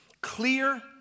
clear